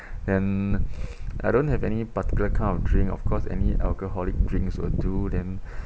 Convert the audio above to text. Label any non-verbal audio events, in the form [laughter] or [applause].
then [breath] I don't have any particular kind of drink of course any alcoholic drinks will do then